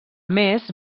més